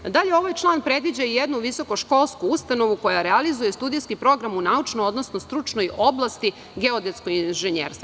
Ovaj član predviđa i jednu visokoškolsku ustanovu koja realizuje studentski program u naučnoj, odnosno stručnoj oblasti geodetskog inženjerstva.